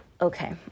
Okay